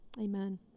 amen